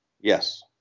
Yes